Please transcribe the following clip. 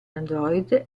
android